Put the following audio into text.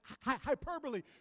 hyperbole